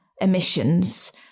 emissions